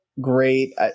great